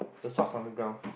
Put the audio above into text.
the stuffs on the ground